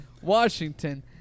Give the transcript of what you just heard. Washington